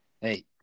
Hey